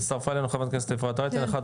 הצטרפה אלינו חברת הכנסת אפרת רייטן, אחת